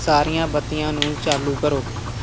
ਸਾਰੀਆਂ ਬੱਤੀਆਂ ਨੂੰ ਚਾਲੂ ਕਰੋ